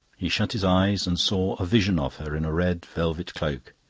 he shut his eyes and saw a vision of her in a red velvet cloak,